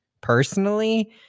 personally